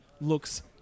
looks